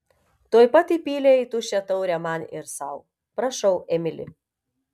tuoj pat įpylė į tuščią taurę man ir sau prašau emili